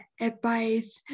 advice